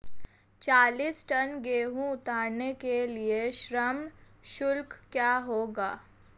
चालीस टन गेहूँ उतारने के लिए श्रम शुल्क क्या होगा?